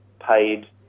paid